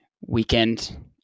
weekend